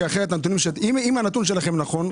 כי אם הנתון שלכם נכון,